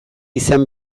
izan